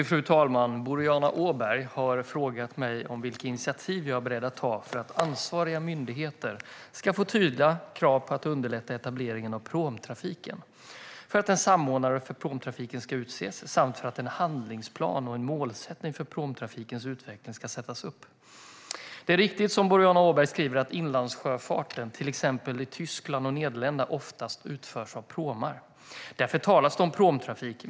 Fru talman! Boriana Åberg har frågat mig vilka initiativ jag är beredd att ta för att ansvariga myndigheter ska få tydliga krav på att underlätta etableringen av pråmtrafiken, för att en samordnare för pråmtrafiken ska utses samt för att en handlingsplan och en målsättning för pråmtrafikens utveckling ska sättas upp. Det är riktigt som Boriana Åberg skriver att inlandssjöfarten i till exempel Tyskland och Nederländerna oftast utförs av pråmar. Därför talas det om pråmtrafik.